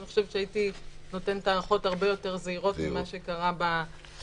אני חושבת שהייתי נותנת הערכות הרבה יותר זהירות ממה שקרה במציאות.